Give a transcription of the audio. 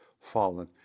fallen